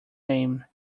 name